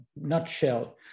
nutshell